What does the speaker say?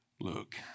Look